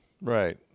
right